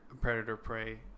predator-prey